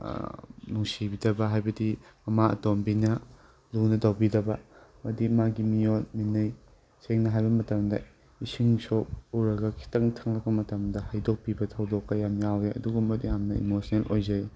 ꯅꯨꯡꯁꯤꯕꯤꯗꯕ ꯍꯥꯏꯕꯗꯤ ꯃꯃꯥ ꯑꯇꯣꯝꯕꯤꯅ ꯂꯨꯅ ꯇꯧꯕꯤꯗꯕ ꯍꯥꯏꯕꯗꯤ ꯃꯥꯒꯤ ꯃꯤꯑꯣꯠ ꯃꯤꯅꯩ ꯁꯦꯡꯅ ꯍꯥꯏꯕ ꯃꯇꯝꯗ ꯏꯁꯤꯡ ꯁꯣꯛꯎꯔꯒ ꯈꯤꯠꯇꯥꯪ ꯊꯦꯡꯉꯛꯄ ꯃꯇꯝꯗ ꯍꯩꯗꯣꯛꯄꯤꯕ ꯊꯧꯗꯣꯛꯀ ꯌꯥꯝꯅ ꯌꯥꯎꯋꯦ ꯑꯗꯨꯒꯨꯝꯕ ꯌꯥꯝꯅ ꯏꯃꯣꯁꯅꯦꯜ ꯑꯣꯏꯖꯩ